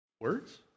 words